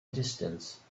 distance